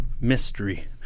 mystery